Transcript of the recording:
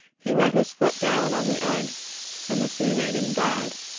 he let his foot down on the egg and the sea-maiden died.